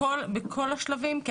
בכל השלבים?